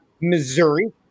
Missouri